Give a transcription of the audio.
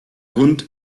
hund